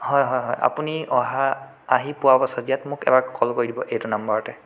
হয় হয় হয় আপুনি অহাৰ আহি পোৱাৰ পাছত ইয়াত মোক এবাৰ কল কৰি দিব এইটো নাম্বাৰতে